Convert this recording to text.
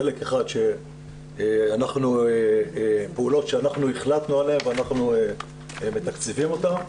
חלק אחד של פעולות שאנחנו החלטנו עליהן ואנחנו מתקצבים אותן,